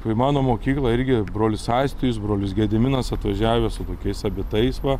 kai mano mokyklą irgi brolis astijus brolis gediminas atvažiavę su kokiais abitais va